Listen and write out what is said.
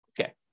Okay